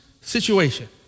situation